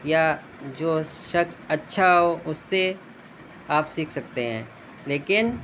یا جو شخص اچھا ہو اس سے آپ سیکھ سکتے ہیں لیکن